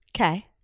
Okay